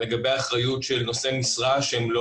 לגבי אחריות של נושא משרה שהוא לא